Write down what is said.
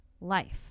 life